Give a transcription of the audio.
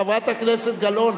חברת הכנסת גלאון,